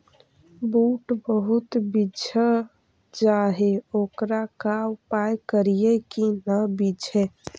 बुट बहुत बिजझ जा हे ओकर का उपाय करियै कि न बिजझे?